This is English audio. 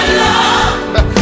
love